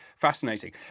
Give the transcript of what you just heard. fascinating